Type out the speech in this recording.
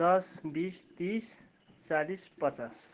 दस बिस तिस चालिस पचास